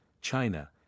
China